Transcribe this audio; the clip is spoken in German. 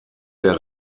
der